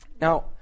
Now